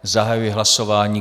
Zahajuji hlasování.